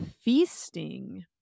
feasting